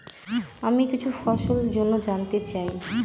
আমি কিছু ফসল জন্য জানতে চাই